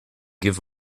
give